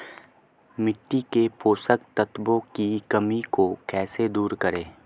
मिट्टी के पोषक तत्वों की कमी को कैसे दूर करें?